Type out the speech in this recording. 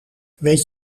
weet